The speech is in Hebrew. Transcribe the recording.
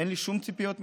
אין לי שום ציפיות ממנו,